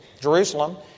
Jerusalem